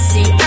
See